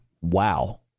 wow